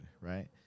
right